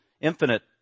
infinite